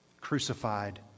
Crucified